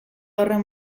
horren